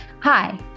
Hi